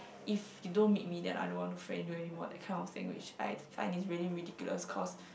if you don't meet me then I don't want to friend you anymore that kind of thing which I find is really ridiculous cause